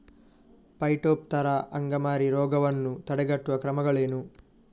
Phytophthora ಅಂಗಮಾರಿ ರೋಗವನ್ನು ತಡೆಗಟ್ಟುವ ಕ್ರಮಗಳೇನು?